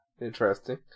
Interesting